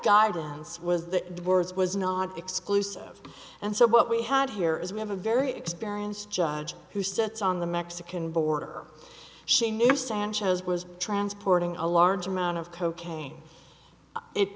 words was not exclusive and so what we had here is we have a very experienced judge who sits on the mexican border she knew sanchez was transporting a large amount of cocaine it